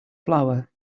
flour